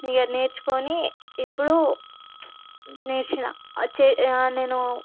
ఇక నేర్చుకొని ఇప్పుడు నేర్చాను చే నేను